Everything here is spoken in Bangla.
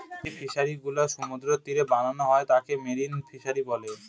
যে ফিশারিগুলা সমুদ্রের তীরে বানানো হয় তাকে মেরিন ফিশারী বলে